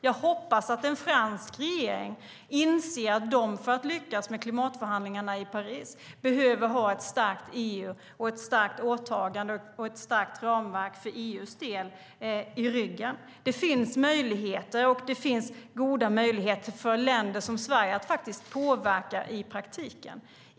Jag hoppas att en fransk regering inser att den för att lyckas med klimatförhandlingarna i Paris behöver ha ett starkt EU, ett starkt åtagande och ett starkt ramverk för EU:s del i ryggen. Det finns goda möjligheter för länder som Sverige att påverka i praktiken.